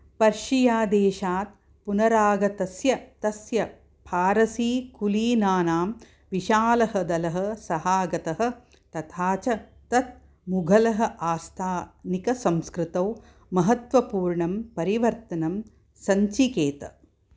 पर्शियादेशात् पुनरागतस्य तस्य फ़ारसी कुलीनानाम् विशालः दलः सहागतः तथा च तत् मुघलः आस्थानिक संस्कृतौ महत्त्वपूर्णं परिवर्तनं सञ्चिकेत